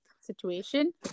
situation